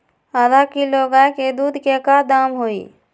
आधा किलो गाय के दूध के का दाम होई?